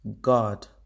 God